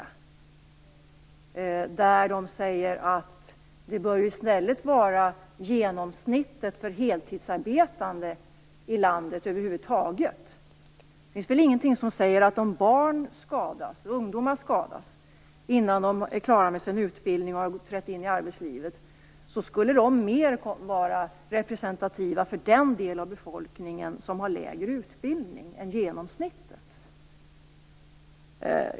I betänkandet sägs nämligen att det i stället bör vara genomsnittet för heltidsarbetande över huvud taget i landet som skall gälla. Det finns väl ingenting som säger att om barn och ungdomar skadas innan de är klara med sin utbildning och trätt in i arbetslivet skulle de vara mer representativa för den del av befolkningen som har lägre utbildning än genomsnittet?